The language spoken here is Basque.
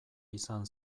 izan